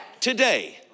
today